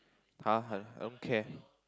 uh I don't I don't care